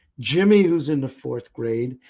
jimmy who is in the fourth grade,